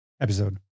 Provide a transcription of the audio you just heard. episode